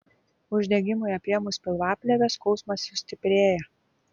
uždegimui apėmus pilvaplėvę skausmas sustiprėja